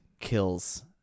kills